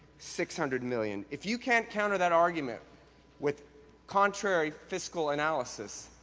six hundred million. if you can't counter that argument with contrary fiscal analysis,